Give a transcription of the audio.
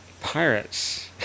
pirates